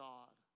God